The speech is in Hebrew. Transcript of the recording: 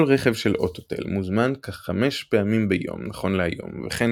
כל רכב של אוטותל מוזמן כ-5 פעמים ביום נכון להיום וכן